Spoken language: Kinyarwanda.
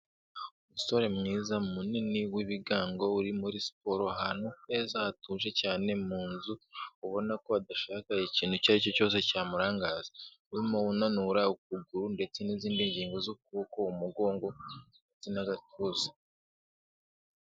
Umusore mwiza munini w'ibigango uri muri siporo ahantu heza hatuje cyane mu nzu ubona ko adashaka ikintu icyo ari cyo cyose cyamurangaza, urimo unanura ukuguru ndetse n'izindi ngingo z'ukuboko, umugongo ndetse n'agatuza.